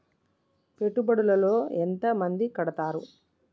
పెట్టుబడుల లో ఎంత మంది కడుతరు?